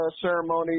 ceremony